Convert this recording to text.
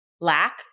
lack